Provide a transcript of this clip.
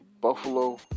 Buffalo